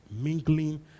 mingling